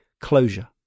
closure